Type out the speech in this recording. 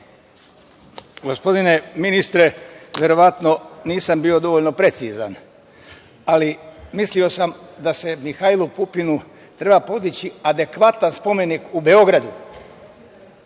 Gospodine ministre, verovatno nisam bio dovoljno precizan, ali mislio sam da se Mihajlu Pupinu treba podići adekvatan spomenik u Beogradu.